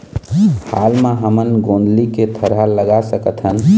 हाल मा हमन गोंदली के थरहा लगा सकतहन?